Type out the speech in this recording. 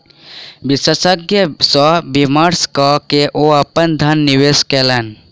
विशेषज्ञ सॅ विमर्श कय के ओ अपन धन निवेश कयलैन